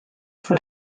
fod